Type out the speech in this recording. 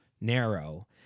narrow